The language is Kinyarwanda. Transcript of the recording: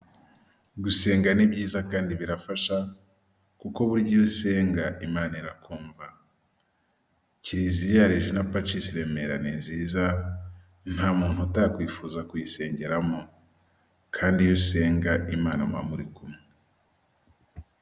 Gusenga ni byiza kandi birafasha kuko burya iyo usenga Imana ira kumva, kiriziya rejina pacisi Remera ni nziza nta muntu utakwifuza kuyisengeramo kandi iyo usenga Imana muba murikumwe .